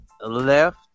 left